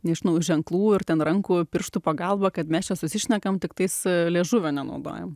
nežinau ženklų ir ten rankų pirštų pagalba kad mes čia susišnekam tiktai su liežuvio nenaudojam